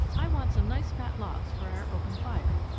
i want some nice fat logs for our open fire,